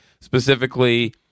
Specifically